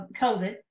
COVID